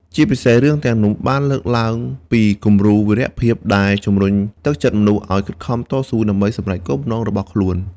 ជាពិសេស រឿងទាំងនោះបានលើកឡើងពីគំរូវីរៈភាពដែលជំរុញទឹកចិត្តមនុស្សឲ្យខិតខំតស៊ូដើម្បីសម្រេចបំណងរបស់ខ្លួន។